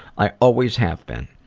i always have been.